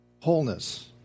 Wholeness